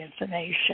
information